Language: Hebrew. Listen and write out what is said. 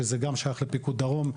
שגם זה שייך לפיקוד דרום,